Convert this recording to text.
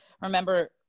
remember